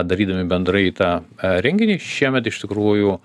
darydami bendrai tą renginį šiemet iš tikrųjų